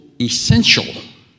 essential